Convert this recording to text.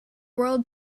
world